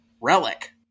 relic